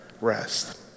rest